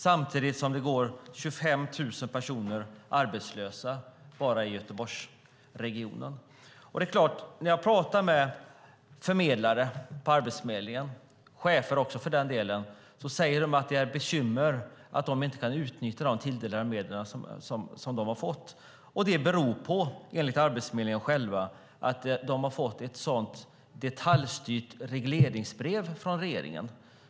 Samtidigt går 25 000 personer arbetslösa bara i Göteborgsregionen. När jag pratar med förmedlare på Arbetsförmedlingen, och för den delen också chefer, säger de att det är ett bekymmer att de inte kan utnyttja de medel som de har tilldelats. Det beror på, enligt Arbetsförmedlingen själv, att de har fått ett så detaljstyrt regleringsbrev från regeringen.